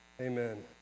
Amen